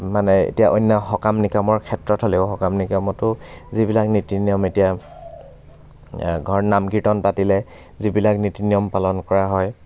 মানে এতিয়া অন্য় সকাম নিকামৰ ক্ষেত্ৰত হ'লেও সকাম নিকামতো যিবিলাক নীতি নিয়ম এতিয়া ঘৰত নাম কীৰ্তন পাতিলে যিবিলাক নীতি নিয়ম পালন কৰা হয়